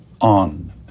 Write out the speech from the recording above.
on